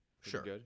Sure